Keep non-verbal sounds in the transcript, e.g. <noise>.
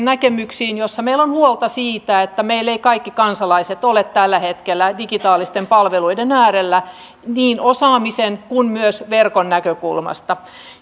<unintelligible> näkemyksiin joissa meillä on huolta siitä että meillä eivät kaikki kansalaiset ole tällä hetkellä digitaalisten palveluiden äärellä niin osaamisen kuin myöskään verkon näkökulmasta